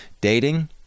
dating